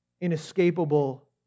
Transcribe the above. inescapable